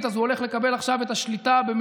בעד דסטה גדי יברקן,